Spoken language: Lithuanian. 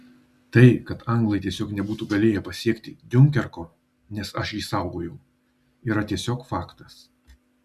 tai kad anglai tiesiog nebūtų galėję pasiekti diunkerko nes aš jį saugojau yra tiesiog faktas